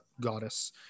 goddess